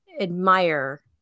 admire